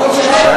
הוא לא רוצה שלום,